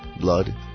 blood